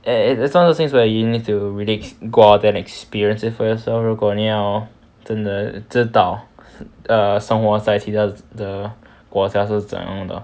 it is one of the things where you need to really go out and experience it for yourself 如果你要真的知道 err 生活在其他的国家是怎样的